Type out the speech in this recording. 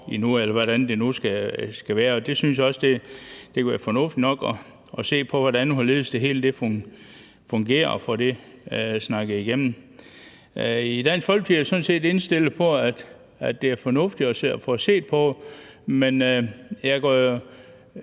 eller hvordan det nu skal være. Jeg synes også, det kunne være fornuftigt nok at se på, hvordan og hvorledes det hele nu fungerer, og få det snakket igennem. I Dansk Folkeparti er vi sådan set indstillet på, at det er fornuftigt at få set på det, men nu går